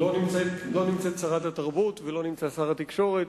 לא נמצאת שרת התרבות, ולא נמצא שר התקשורת.